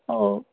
ହଉ